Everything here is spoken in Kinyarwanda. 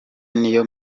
niyo